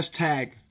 hashtag